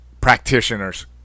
practitioners